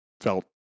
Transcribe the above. felt